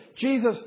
Jesus